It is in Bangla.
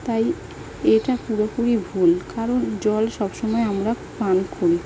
তাই এটা পুরোপুরি ভুল কারণ জল সব সময় আমরা পান করি